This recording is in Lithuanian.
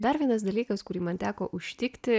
dar vienas dalykas kurį man teko užtikti